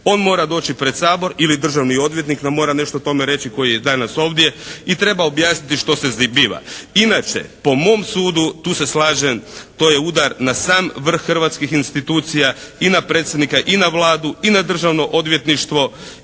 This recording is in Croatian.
On mora doći pred Sabor ili državni odvjetnik nam mora nešto o tome reći koji je danas ovdje i treba objasniti što se zbiva. Inače, po mom sudu tu se slažem to je udar na sam vrh hrvatskih institucija, i na Predsjednika i na Vladu, i na Državno odvjetništvo